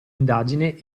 indagine